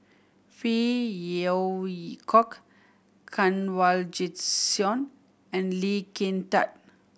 Phey Yew Kok Kanwaljit Soin and Lee Kin Tat